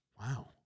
Wow